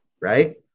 right